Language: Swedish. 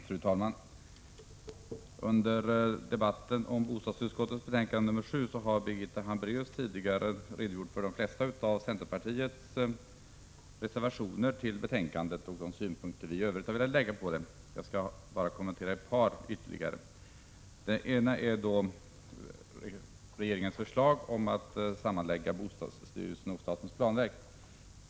Fru talman! Birgitta Hambraeus har tidigare här under denna debatt om bostadsutskottets betänkande 7 redogjort för de flesta av centerpartiets reservationer till betänkandet och de synpunkter centern i övrigt har velat anlägga. Jag skall bara göra ett par ytterligare kommentarer. Den ena kommentaren gäller regeringens förslag om att sammanlägga bostadsstyrelsen och statens planverk.